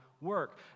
work